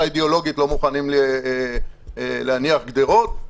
אידיאולוגית לא מוכנים להניח גדרות,